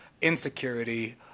insecurity